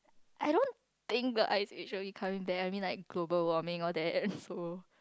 I don't think the will be coming back I mean like global warming or that so